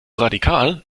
radikal